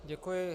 Děkuji.